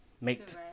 make